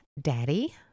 daddy